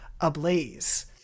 ablaze